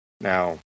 Now